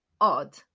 odd